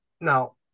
now